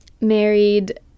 married